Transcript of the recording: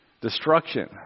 destruction